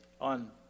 on